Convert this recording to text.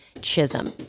Chisholm